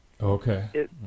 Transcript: Okay